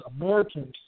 Americans